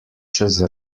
čez